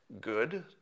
good